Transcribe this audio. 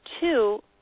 two